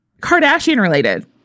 Kardashian-related